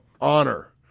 honor